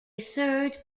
third